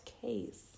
case